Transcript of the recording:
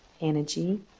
energy